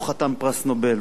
הוא חתן פרס נובל,